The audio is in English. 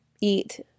eat